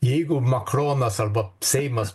jeigu makronas arba seimas